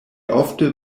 ofte